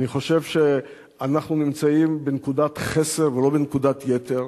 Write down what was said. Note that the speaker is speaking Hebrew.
אני חושב שאנחנו נמצאים בנקודת חסר ולא בנקודת יתר,